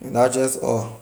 and that just all.